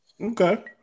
Okay